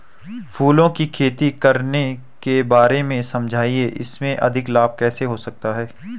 फूलों की खेती करने के बारे में समझाइये इसमें अधिक लाभ कैसे हो सकता है?